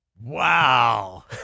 Wow